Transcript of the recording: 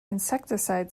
insecticide